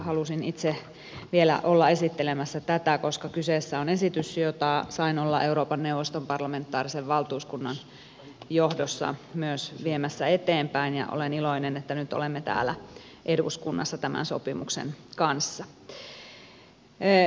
halusin itse vielä olla esittelemässä tätä koska kyseessä on esitys jota sain olla euroopan neuvoston parlamentaarisen valtuuskunnan johdossa myös viemässä eteenpäin ja olen iloinen että nyt olemme täällä eduskunnassa tämän sopimuksen kanssa